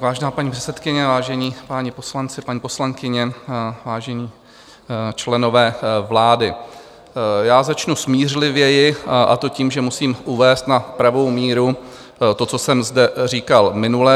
Vážená paní poslankyně, vážení páni poslanci, paní poslankyně, vážení členové vlády, já začnu smířlivěji, a to tím, že musím uvést na pravou míru to, co jsem zde říkal minule.